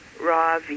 raw